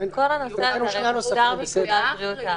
זה מוגדר בפקודת בריאות העם,